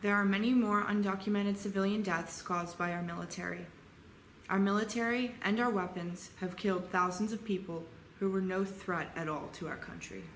there are many more undocumented civilians out sconce by our military our military and our weapons have killed thousands of people who are no threat at all to our country